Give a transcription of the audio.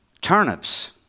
turnips